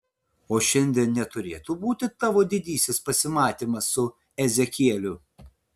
o šiandien neturėtų būti tavo didysis pasimatymas su ezekieliu